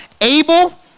Abel